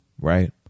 right